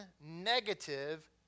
negative